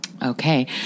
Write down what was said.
Okay